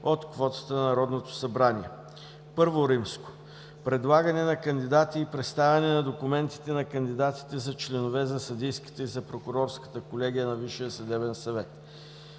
от квотата на Народното събрание. І. Предлагане на кандидати и представяне на документите на кандидатите за членове за съдийската и за прокурорската колегия на Висшия съдебен съвет